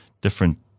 different